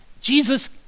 Jesus